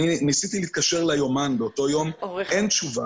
ניסיתי להתקשר ליומן באותו יום ואין תשובה.